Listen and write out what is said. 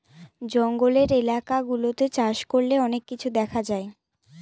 জঙ্গলের এলাকা গুলাতে চাষ করলে অনেক কিছু দেখা যায়